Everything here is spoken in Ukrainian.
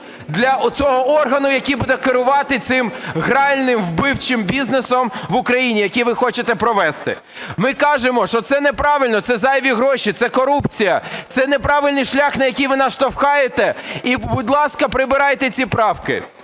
для оцього органу, який буде керувати цим гральним вбивчим бізнесом в Україні, який ви хочете провести. Ми кажемо, що це неправильно, це зайві гроші, це корупція, це неправильний шлях, на який ви нас штовхаєте. І будь ласка, прибирайте ці правки.